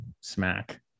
smack